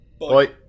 Bye